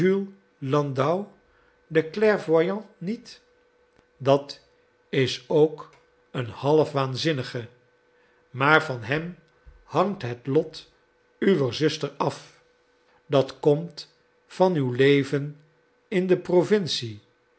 landau den clairvoyant niet dat is ook een half waanzinnige maar van hem hangt het lot uwer zuster af dat komt van uw leven in de provincie